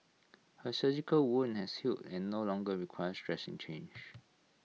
her surgical wound has healed and no longer requires dressing change